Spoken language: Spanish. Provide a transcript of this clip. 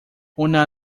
una